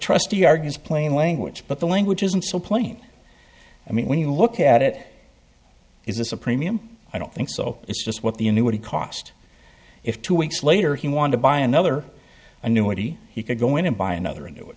trustee argues plain language but the language isn't so plain i mean when you look at it is this a premium i don't think so it's just what the annuity cost if two weeks later he wanted to buy another annuity he could go in and buy another an